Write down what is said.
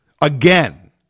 again